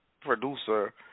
producer